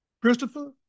Christopher